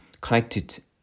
connected